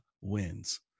wins